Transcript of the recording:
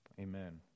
Amen